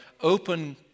open